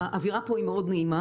האווירה פה היא מאוד נעימה,